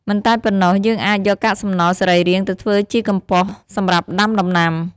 មិនតែប៉ុណ្ណោះ យើងអាចយកកាកសំណល់សរីរាង្គទៅធ្វើជីកំប៉ុស្តិ៍សម្រាប់ដាំដំណាំ។